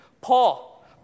Paul